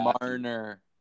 Marner